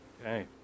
Okay